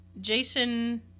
Jason